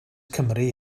cymru